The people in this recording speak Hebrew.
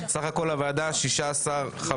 סך הכול לוועדה 16 חברים.